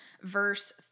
verse